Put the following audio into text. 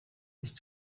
ist